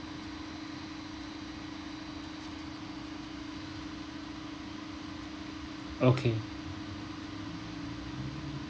okay